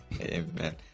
Amen